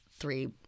three